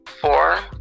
four